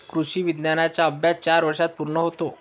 कृषी विज्ञानाचा अभ्यास चार वर्षांत पूर्ण होतो